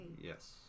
Yes